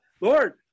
Lord